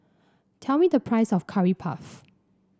tell me the price of Curry Puff